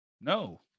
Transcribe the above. No